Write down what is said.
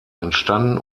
entstanden